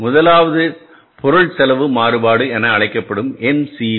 முதலாவது பொருள் செலவு மாறுபாடு என அழைக்கப்படும் MCV